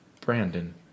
brandon